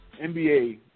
NBA